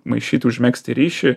maišyti užmegzti ryšį